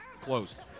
Closed